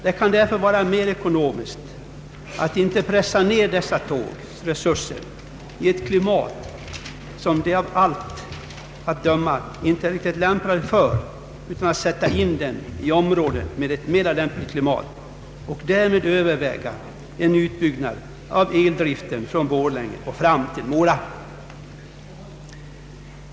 Det kan därför vara mera ekonomiskt att inte pressa ned dessa tågs resurser i ett klimat som de av allt att döma inte är riktigt lämpade för utan sätta in dem i områden med ett mera lämpligt klimat och i stället överväga en utbyggnad av eldriften från Borlänge fram till Mora.